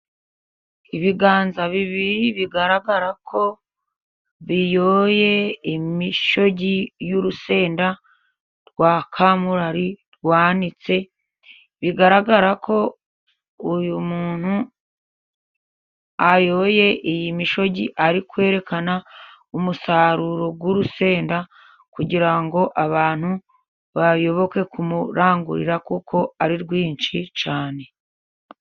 Ibiganza bibiri bigaragara ko biyoye imishogi y'urusenda rwa kamurari rwanitse, bigaragara ko uyu muntu ayoye iyi mishogi, ari kwerekana umusaruro w'urusenda, kugirango ngo abantu bayoboke kumurangurira, kuko ari rwinshi cyane.